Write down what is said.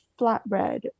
flatbread